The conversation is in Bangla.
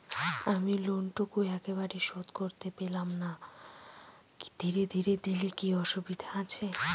আমি লোনটুকু একবারে শোধ করতে পেলাম না ধীরে ধীরে দিলে কি অসুবিধে আছে?